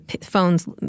phones